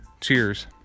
Cheers